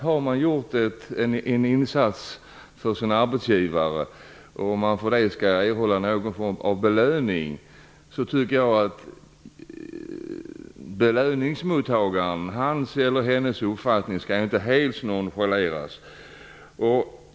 Har man gjort en insats för sin arbetsgivare och för det skall erhålla någon form av belöning, tycker jag att belöningsmottagarens uppfattning inte helt skall nonchaleras.